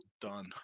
done